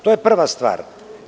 To je prva stvar.